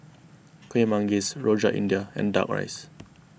Kueh Manggis Rojak India and Duck Rice